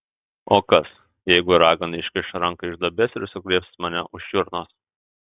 o kas jeigu ragana iškiš ranką iš duobės ir sugriebs mane už čiurnos